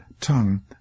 tongue